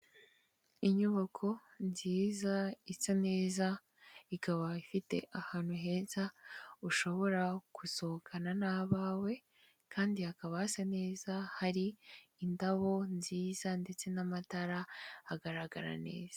Inyubako nziza isa neza ikaba ifite ahantu heza ushobora gusohokana n'abawe kandi hakaba hasa neza hari indabo nziza ndetse n'amatara hagaragara neza.